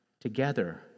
Together